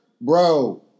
bro